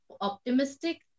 optimistic